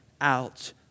out